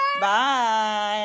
Bye